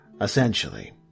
Essentially